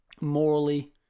morally